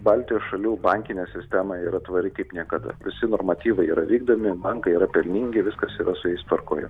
baltijos šalių bankinė sistema yra tvari kaip niekada visi normatyvai yra vykdomi bankai yra pelningi viskas yra su jais tvarkoje